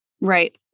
Right